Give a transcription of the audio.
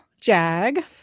Jag